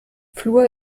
fluor